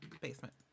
basement